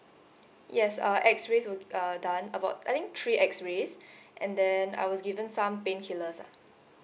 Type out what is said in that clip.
yes uh X-rays were uh done about I think three X-rays and then I was given some painkillers ah